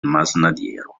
masnadiero